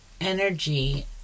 energy